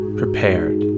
prepared